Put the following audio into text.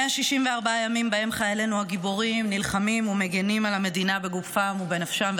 164 ימים שבהם חיילינו הגיבורים נלחמים ומגינים על המדינה בגופם ובנפשם.